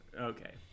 Okay